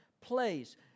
place